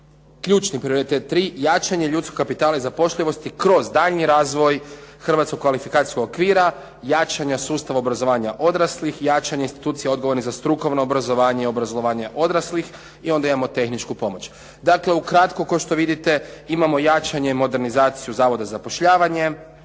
ključni prioritet 3 jačanje ljudskog kapitala i zapošljivosti kroz daljnji razvoj hrvatskog kvalifikacijskog okvira, jačanja sustava obrazovanja odraslih, jačanje institucija odgovornih za strukovno obrazovanje i obrazovanje odraslih i onda imamo tehničku pomoć. Dakle, u kratko kao što vidite, imamo jačanje modernizacije zavoda za zapošljavanje,